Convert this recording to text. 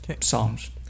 songs